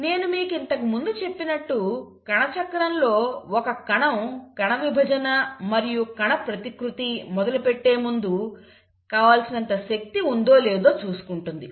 నేను మీకు ఇంతకుముందు చెప్పినట్టు కణచక్రం లో ఒక కణం కణ విభజన మరియు కణ ప్రతికృతి మొదలు పెట్టే ముందు కావలసినంత శక్తి ఉందో లేదో చూసుకుంటుంది